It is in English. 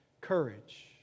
courage